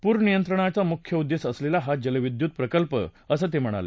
पूरनियंत्रणाचा मुख्य उद्देश असलेला हा जलविद्युत प्रकल्प आहे असं ते म्हणाले